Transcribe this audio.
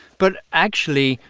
but actually,